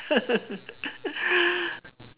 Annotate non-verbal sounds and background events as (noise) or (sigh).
(laughs)